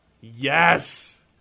Yes